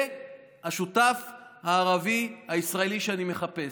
זה השותף הערבי הישראלי שאני מחפש.